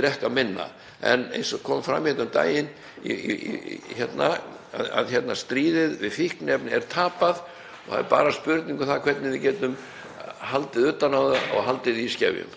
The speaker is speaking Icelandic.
drekkur minna. Eins og kom fram hérna um daginn er stríðið við fíkniefni tapað og þetta er bara spurning um hvernig við getum haldið utan um það og haldið því í skefjum.